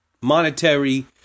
monetary